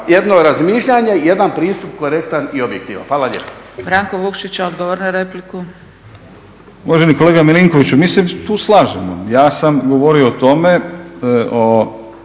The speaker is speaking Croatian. jedno razmišljanje i jedan pristup korektan i objektivan. Hvala lijepa.